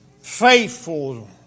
faithful